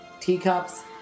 teacups